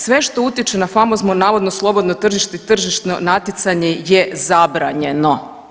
Sve što utječe na famozno, navodno slobodno tržište i tržišno natjecanje je zabranjeno.